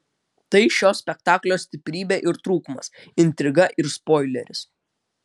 tai šio spektaklio stiprybė ir trūkumas intriga ir spoileris